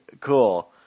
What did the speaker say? cool